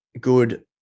good